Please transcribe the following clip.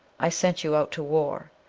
i sent you out to war.